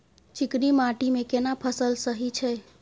चिकनी माटी मे केना फसल सही छै?